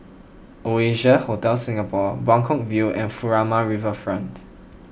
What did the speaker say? Oasia Hotel Singapore Buangkok View and Furama Riverfront